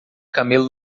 camelo